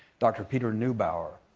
dr. peter newbower.